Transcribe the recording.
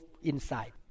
inside